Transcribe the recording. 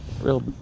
real